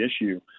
issue